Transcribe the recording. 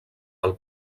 pel